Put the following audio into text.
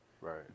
Right